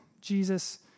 Jesus